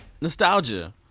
Nostalgia